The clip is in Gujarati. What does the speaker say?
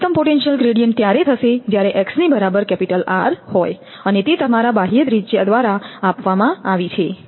લઘુત્તમ પોટેન્શિયલ ગ્રેડીયન્ટ ત્યારે થશે જ્યારે x ની બરાબર કેપિટલ r હોય અને તે તમારા બાહ્ય ત્રિજ્યા દ્વારા આપવામાં આવી છે